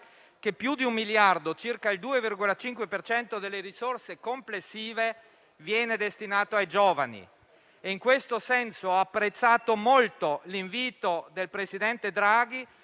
che più di un miliardo, circa il 2,5 per cento delle risorse complessive, viene destinato ai giovani. In questo senso ho apprezzato molto l'invito del presidente Draghi,